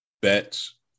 bets